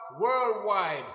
worldwide